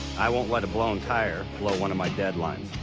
i won't let a blown tire blow one of my deadlines.